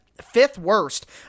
Fifth-worst